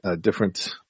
different